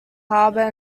harbour